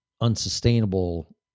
unsustainable